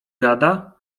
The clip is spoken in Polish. gada